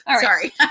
Sorry